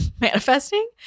manifesting